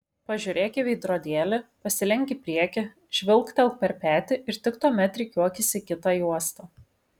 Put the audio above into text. pažiūrėk į veidrodėlį pasilenk į priekį žvilgtelk per petį ir tik tuomet rikiuokis į kitą juostą